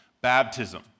baptism